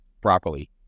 properly